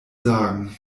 sagen